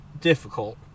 difficult